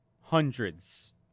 hundreds